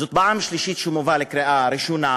זאת פעם שלישית שהוא מובא לקריאה ראשונה.